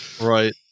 Right